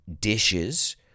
dishes